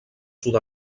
sud